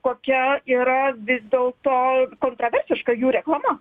kokia yra vis dėlto kontroversiška jų reklama